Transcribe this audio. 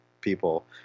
people